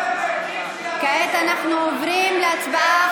כעת אנחנו עוברים להצבעה.